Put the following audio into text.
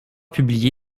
publié